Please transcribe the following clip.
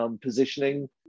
positioning